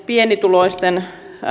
pienituloisten